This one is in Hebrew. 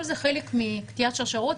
כל זה חלק מקטיעת השרשראות.